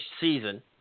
season